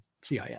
CIS